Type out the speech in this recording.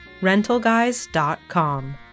RentalGuys.com